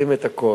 עושים את הכול.